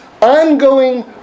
ongoing